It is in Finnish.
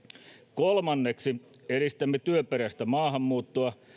kolmanneksi edistämme työperäistä maahanmuuttoa